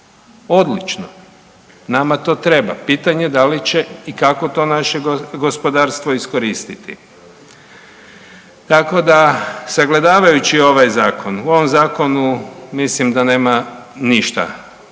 Odlično, nama to treba, pitanje da li će i kako to naše gospodarstvo iskoristiti. Tako da, sagledavajući ovaj Zakon, u ovom Zakonu mislim da nema ništa